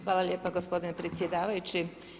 Hvala lijepa gospodine predsjedavajući.